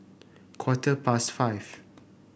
quarter past five